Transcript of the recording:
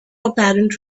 apparent